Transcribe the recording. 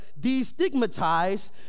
destigmatize